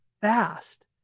fast